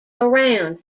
around